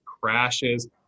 crashes